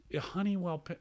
Honeywell